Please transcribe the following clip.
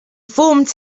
formed